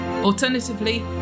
Alternatively